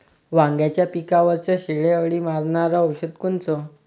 वांग्याच्या पिकावरचं शेंडे अळी मारनारं औषध कोनचं?